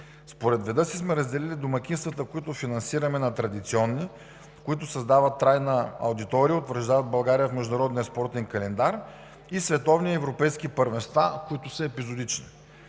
Според вида сме разделили домакинствата, които финансираме на традиционни, които създават трайна аудитория, утвърждават България в международния спортен календар и световни и европейски първенства, които са епизодични.